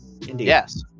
Yes